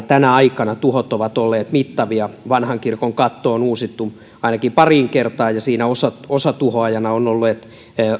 tänä aikana tuhot ovat olleet mittavia vanhan kirkon katto on uusittu ainakin pariin kertaan ja siinä osatuhoajana ovat olleet